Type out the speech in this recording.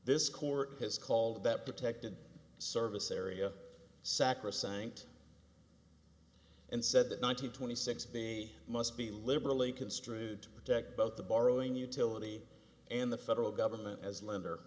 this court has called that protected service area sacrosanct and said that nine hundred twenty six b must be liberally construed to protect both the borrowing utility and the federal government as lender